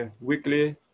weekly